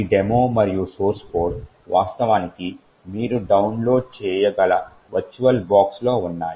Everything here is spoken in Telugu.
ఈ డెమో మరియు సోర్స్ కోడ్ వాస్తవానికి మీరు డౌన్లోడ్ చేయగల వర్చువల్బాక్స్లో ఉన్నాయి